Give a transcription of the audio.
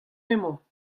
emañ